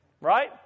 Right